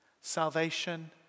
Salvation